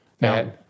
Now